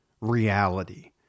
reality